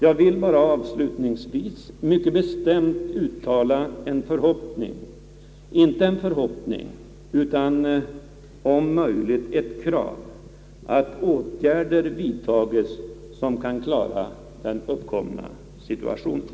Jag vill bara avslutningsvis mycket bestämt uttala den förhoppningen — ja, det är inte bara en förhoppning utan om möjligt ett krav — att åtgärder kommer att vidtas som ger möjlighet att klara av den uppkomna situationen.